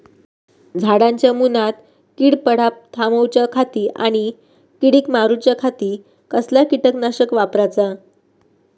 झाडांच्या मूनात कीड पडाप थामाउच्या खाती आणि किडीक मारूच्याखाती कसला किटकनाशक वापराचा?